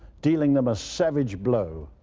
dealing them a savage blow.